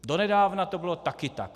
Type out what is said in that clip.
Donedávna to bylo taky tak.